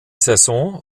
saison